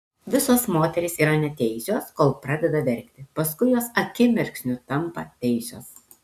visos moterys yra neteisios kol pradeda verkti paskui jos akimirksniu tampa teisios